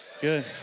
Good